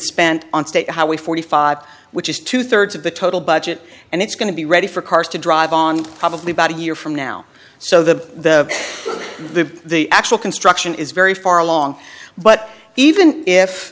spent on state how we forty five which is two thirds of the total budget and it's going to be ready for cars to drive on probably about a year from now so the the the actual construction is very far along but even if